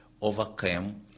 overcame